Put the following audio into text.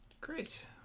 Great